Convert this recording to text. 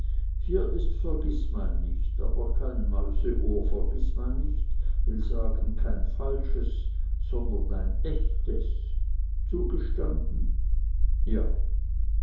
hier ist vergißmeinnicht aber kein mäuseohr vergißmeinnicht will sagen kein falsches sondern ein echtes zugestanden ja